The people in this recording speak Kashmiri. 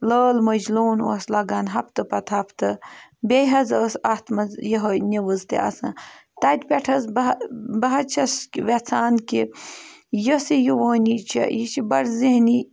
لٲل مٔجلون اوس لَگان ہفتہٕ پَتہٕ ہفتہٕ بیٚیہِ حظ ٲس اَتھ منٛز یِہوٚے نِوٕز تہِ آسان تَتہِ پٮ۪ٹھ حظ بہٕ بہٕ حظ چھَس کہِ یَژھان کہِ یۄس یہِ یُوٲنی چھےٚ یہِ چھِ بَڑٕ ذہنی